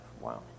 Wow